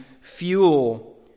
fuel